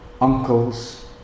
uncles